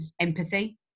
empathy